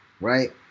right